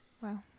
wow